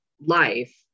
life